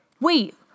Wait